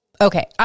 Okay